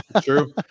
True